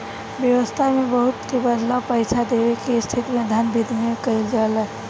बेवस्था में बस्तु के बदला पईसा देवे के स्थिति में धन बिधि में कइल जाला